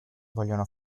vogliono